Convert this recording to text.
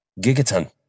Gigaton